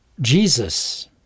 Jesus